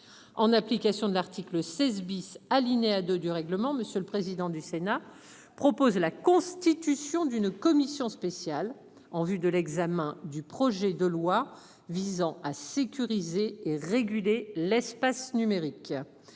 En application de l'article 16 bis alinéa 2 du règlement, monsieur le président des. Sénat. Propose la constitution d'une commission spéciale en vue de l'examen du projet de loi visant à sécuriser et réguler l'espace numérique.